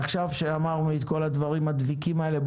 עכשיו משאמרנו את הדברים הדביקים האלה,